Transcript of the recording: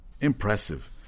Impressive